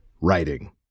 writing